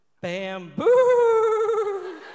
Bamboo